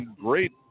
great